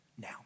now